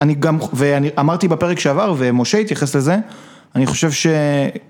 אני גם ואני אמרתי בפרק שעבר ומשה התייחס לזה אני חושב ש